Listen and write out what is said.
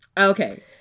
okay